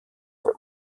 der